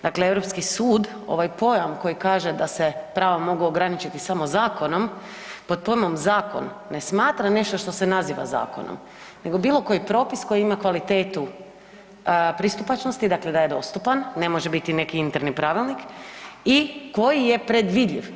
Dakle, Europski sud ovaj pojam koji kaže da se prava mogu ograničiti samo zakonom, pod pojmom zakon ne smatra nešto što se naziva zakonom, nego bilo koji propis koji ima kvalitetu pristupačnosti dakle da je dostupan, ne može biti neki interni pravilnik i koji je predvidljiv.